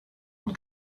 and